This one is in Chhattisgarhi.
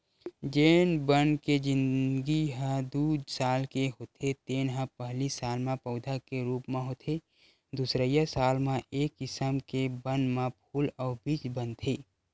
जेन बन के जिनगी ह दू साल के होथे तेन ह पहिली साल म पउधा के रूप म होथे दुसरइया साल म ए किसम के बन म फूल अउ बीज बनथे